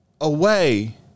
away